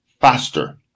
faster